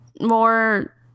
more